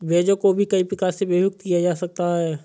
ब्याजों को भी कई प्रकार से विभक्त किया जा सकता है